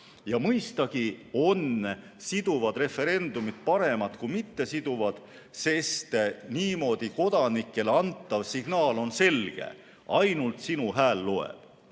Mõistagi on siduvad referendumid paremad kui mittesiduvad, sest niimoodi kodanikele antav signaal on selge: ainult sinu hääl loeb.